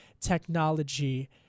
technology